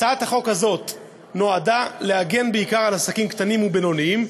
הצעת החוק הזאת נועדה להגן בעיקר על עסקים קטנים ובינוניים,